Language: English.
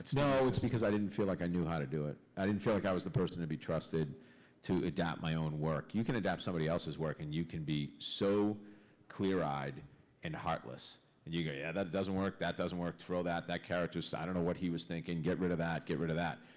no, it's because i didn't feel like i knew how to do it. i didn't feel like i was the person to be trusted to adapt my own work. you can adapt somebody else's work and you can be so clear-eyed and heartless. and you go, yeah, that doesn't work, that doesn't work, throw that, that character's. i don't know what he was thinking, get rid of that, get rid of that.